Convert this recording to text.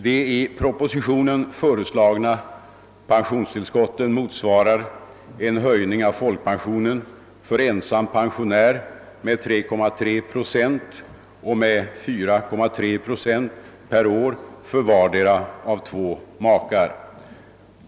De i propositionen föreslagna pensionstillskotten motsvarar en höjning av folkpensionen med 3,3 procent för ensamstående pensionär och med 4,3 procent per år för vardera av två makar.